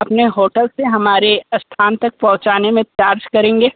अपने होटल से हमारे स्थान तक पहुँचाने में चार्ज करेंगे